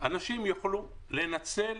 אנשים יוכלו לנצל